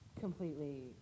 completely